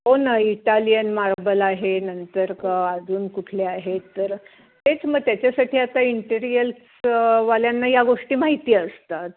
हो ना Italian marble आहे नंतर क अजून कुठले आहेत तर तेच मग त्याच्यासाठी आता इंटेरियल्सवाल्यांना या गोष्टी माहिती असतात